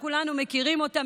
שכולנו מכירים אותה,